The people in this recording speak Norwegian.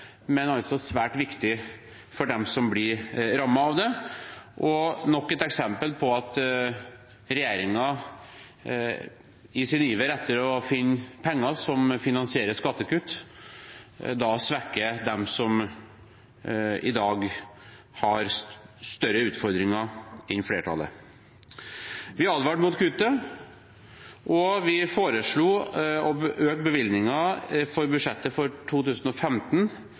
men altså svært viktige for dem som blir rammet, og det var nok et eksempel på at regjeringen i sin iver etter å finne penger som finansierer skattekutt, svekker dem som i dag har større utfordringer enn flertallet. Vi advarte mot kuttet, og vi foreslo å øke bevilgningen i budsjettet for 2015